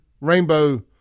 rainbow